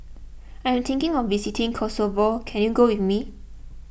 I am thinking of visiting Kosovo can you go with me